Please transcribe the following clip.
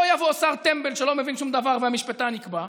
או שיבוא שר טמבל שלא מבין שום דבר והמשפטן יקבע,